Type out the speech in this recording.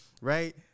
right